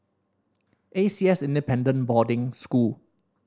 A C S Independent Boarding School